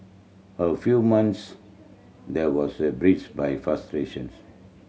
a few months there was a by frustrations